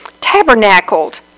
tabernacled